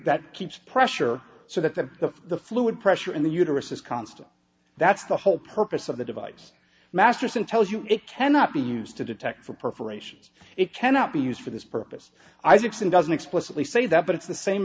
that keeps pressure so that the the fluid pressure in the uterus is constant that's the whole purpose of the device masterson tells you it cannot be used to detect for perforations it cannot be used for this purpose isaacson doesn't explicitly say that but it's the same